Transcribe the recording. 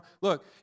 Look